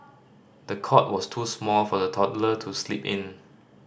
the cot was too small for the toddler to sleep in